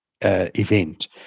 event